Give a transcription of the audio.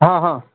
हां हां